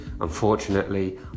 Unfortunately